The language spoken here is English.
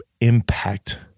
impact